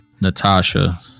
natasha